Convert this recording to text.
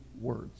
words